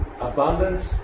abundance